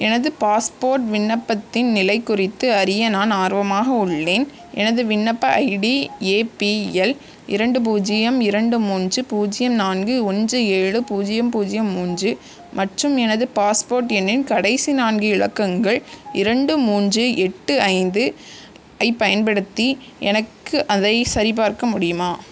எனது பாஸ்போர்ட் விண்ணப்பத்தின் நிலை குறித்து அறிய நான் ஆர்வமாக உள்ளேன் எனது விண்ணப்ப ஐடி ஏபிஎல் இரண்டு பூஜ்ஜியம் இரண்டு மூன்று பூஜ்ஜியம் நான்கு ஒன்று ஏழு பூஜ்ஜியம் பூஜ்ஜியம் மூன்று மற்றும் எனது பாஸ்போர்ட் எண்ணின் கடைசி நான்கு இலக்கங்கள் இரண்டு மூன்று எட்டு ஐந்து ஐ பயன்படுத்தி எனக்கு அதை சரிபார்க்க முடியுமா